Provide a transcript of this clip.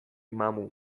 mamu